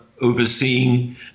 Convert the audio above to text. overseeing